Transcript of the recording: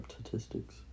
statistics